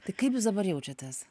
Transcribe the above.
tai kaip jūs dabar jaučiatės